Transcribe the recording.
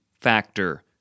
factor